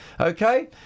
okay